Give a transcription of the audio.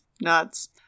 Nuts